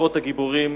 משפחות הגיבורים